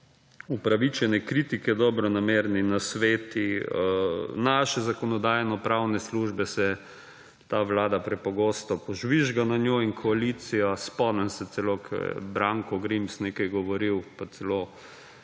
upravičene kritike, dobronamerni nasveti naše Zakonodajno-pravne službe se ta Vlada prepogosto požvižga na njo in koalicija. Spomnim se celo, ko je Branko Grims govoril pa celo